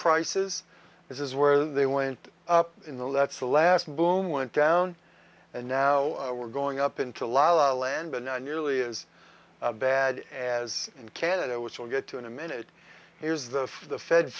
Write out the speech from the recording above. prices this is where they went in the let's the last boom went down and now we're going up into la la land but not nearly as bad as in canada which we'll get to in a minute here's the for the fed